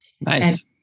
Nice